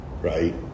Right